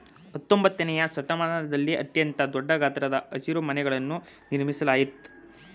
ಹತ್ತೊಂಬತ್ತನೆಯ ಶತಮಾನದಲ್ಲಿ ಅತ್ಯಂತ ದೊಡ್ಡ ಗಾತ್ರದ ಹಸಿರುಮನೆಗಳನ್ನು ನಿರ್ಮಿಸಲಾಯ್ತು